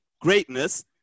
greatness